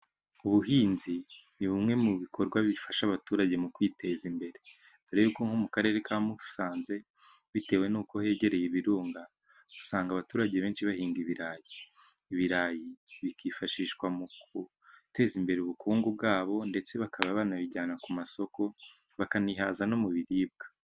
Ubuhinzi ni bumwe mu bikorwa bifasha abaturage mu kwiteza imbere doreko nko mu karere ka Musanze bitewe n'uko hegereye ibirunga, usanga abaturage benshi bahinga ibirayi. Ibirayi bikifashishwa mu guteza imbere ubukungu bwabo, ndetse bakaba banabijyana ku masoko bakanihaza no mu biribwa.